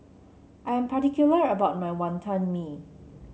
I am particular about my Wonton Mee